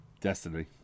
Destiny